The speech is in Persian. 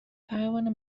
پروانه